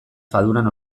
faduran